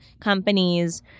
companies